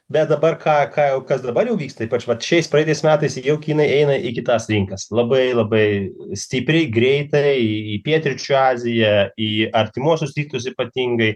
bet dabar ką ką jau kas dabar jau vyksta ypač vat šiais praeitais metais jau kinai eina į kitas rinkas labai labai stipriai greitai į pietryčių aziją į artimuosius rytus ypatingai